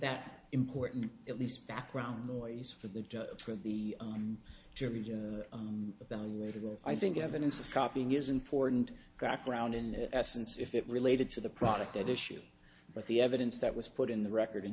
that important at least background noise for the for the jury but the way to go i think evidence of copying is important background in essence if it related to the product that issue but the evidence that was put in the record in